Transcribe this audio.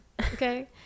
Okay